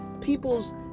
people's